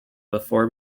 before